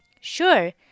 Sure